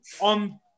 on